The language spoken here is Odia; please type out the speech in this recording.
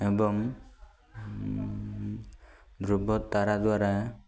ଏବଂ ଧ୍ରୁବ ତାରା ଦ୍ୱାରା